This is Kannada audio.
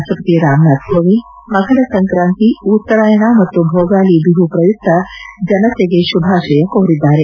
ರಾಷ್ಷಪತಿ ರಾಮನಾಥ ಕೋವಿಂದ್ ಮಕರ ಸಂಕ್ರಾಂತಿ ಉತ್ತರಾಯಣ ಮತ್ತು ಭೋಗಾಲಿ ಬಿಹು ಪ್ರಯುಕ್ತ ಜನತೆಗೆ ಶುಭಾಷಯ ಕೋರಿದ್ದಾರೆ